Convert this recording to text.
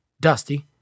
dusty